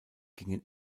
gingen